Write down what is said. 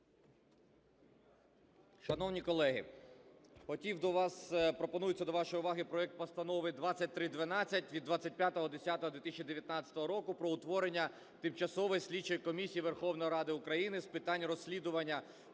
Шановні колеги, пропонується до вашої уваги проект Постанови 2312 від 25.10.2019 року про утворення Тимчасової слідчої комісії Верховної Ради України з питань розслідування